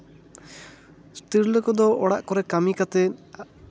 ᱛᱤᱨᱞᱟᱹ ᱠᱚᱫᱚ ᱚᱲᱟᱜ ᱠᱚᱨᱮ ᱠᱟᱹᱢᱤ ᱠᱟᱛᱮᱫ